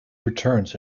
returns